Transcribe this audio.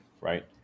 right